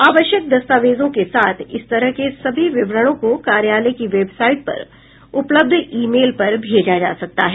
आवश्यक दस्तावेजों के साथ इस तरह के सभी विवरणों को कार्यालय की वेबसाइट पर उपलब्ध ई मेल पर भेजा जा सकता है